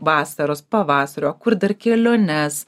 vasaros pavasario kur dar keliones